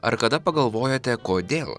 ar kada pagalvojote kodėl